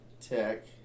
Tech